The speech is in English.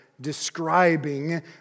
describing